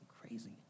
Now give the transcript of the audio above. crazy